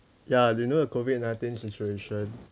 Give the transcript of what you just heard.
ya you know the COVID nineteen situation